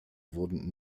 wurden